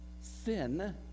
sin